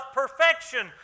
perfection